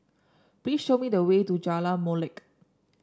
please show me the way to Jalan Molek